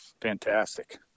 fantastic